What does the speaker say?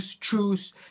choose